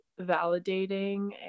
validating